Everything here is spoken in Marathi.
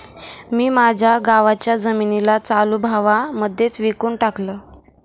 मी माझ्या गावाच्या जमिनीला चालू भावा मध्येच विकून टाकलं